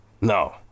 No